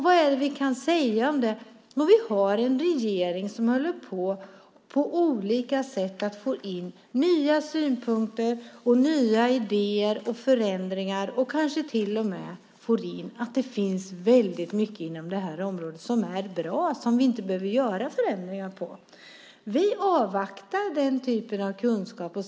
Vad kan vi mer säga om det när vi har en regering som håller på att på olika sätt ta in nya synpunkter och nya idéer och förändringar och kanske till och med får in att det finns väldigt mycket på det här området som är bra och som vi inte behöver göra förändringar av? Vi avvaktar den typen av kunskap.